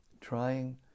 trying